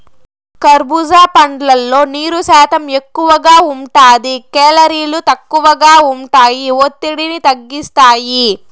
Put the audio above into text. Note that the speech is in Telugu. కర్భూజా పండ్లల్లో నీరు శాతం ఎక్కువగా ఉంటాది, కేలరీలు తక్కువగా ఉంటాయి, ఒత్తిడిని తగ్గిస్తాయి